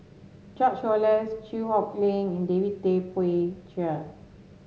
George Oehlers Chew Hock Leong and David Tay Poey Cher